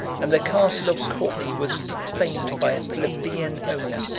and the castle of courtenay was profaned by a plebeian owner,